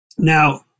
Now